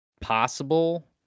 possible